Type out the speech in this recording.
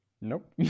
Nope